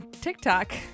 TikTok